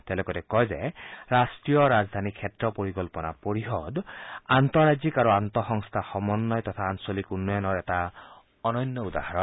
তেওঁ লগতে কয় যে ৰাট্টীয় ৰাজধানী ক্ষেত্ৰ পৰিকল্পনা পৰিষদ আন্তঃৰাজ্যিক আৰু আন্তঃ সংস্থা সমন্বয় আৰু আঞ্চলিক উন্নয়নৰ এটা অনন্য উদাহৰণ